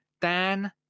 Dan